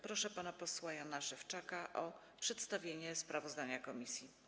Proszę pana posła Jana Szewczaka o przedstawienie sprawozdania komisji.